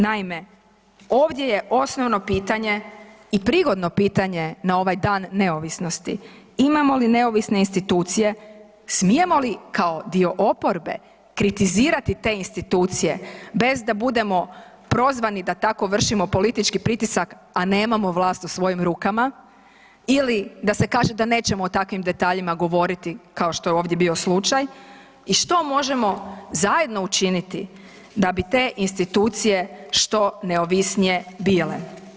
Naime, ovdje je osnovno pitanje i prigodno pitanje na ovaj Dan neovisnosti, imamo li neovisne institucije, smijemo li kao dio oporbe kritizirati te institucije bez da budemo prozvani da tako vršimo politički pritisak, a nemamo vlast u svojim rukama ili da se kaže da nećemo o takvim detaljima govoriti kao što je ovdje bio slučaj i što možemo zajedno učiniti da bi te institucije što neovisnije bile?